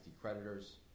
creditors